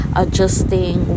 adjusting